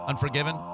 Unforgiven